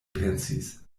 pensis